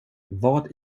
vad